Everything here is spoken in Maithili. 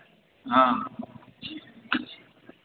हँ